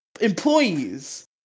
Employees